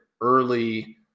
early